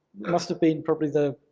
must've been probably the